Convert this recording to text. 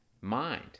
mind